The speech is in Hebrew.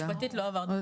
משפטית לא עברנו על זה.